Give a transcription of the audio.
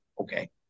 okay